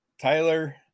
Tyler